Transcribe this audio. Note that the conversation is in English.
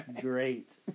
great